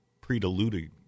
pre-diluted